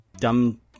dumb